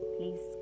Please